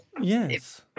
yes